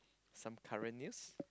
some current news